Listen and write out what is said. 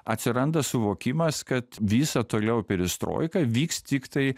atsiranda suvokimas kad visa toliau perestroika vyks tiktai